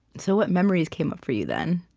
so what memories came up for you then?